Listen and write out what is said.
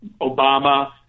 obama